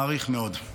מעריך מאוד.